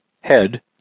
head